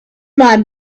man